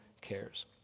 cares